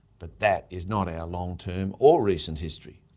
but that is not our long-term or recent history.